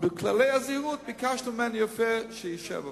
לפי כללי הזהירות ביקשנו ממנו יפה שיישאר בבית.